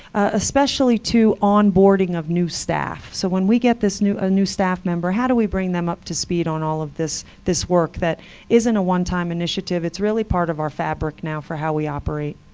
especially too, onboarding of new staff. so when we get a new ah new staff member, how do we bring them up to speed on all of this this work that isn't a one-time initiative? it's really part of our fabric now for how we operate.